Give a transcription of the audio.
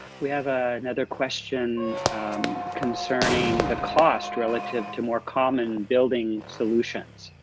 we have ah another question concerning the cost relative to more common building solutions.